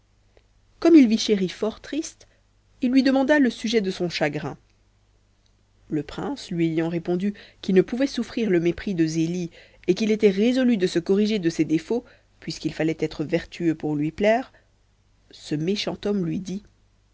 comme il vit chéri fort triste il lui demanda le sujet de son chagrin le prince lui ayant répondu qu'il ne pouvait souffrir le mépris de zélie et qu'il était résolu de se corriger de ses défauts puisqu'il fallait être vertueux pour lui plaire ce méchant homme lui dit